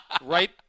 right